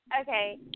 Okay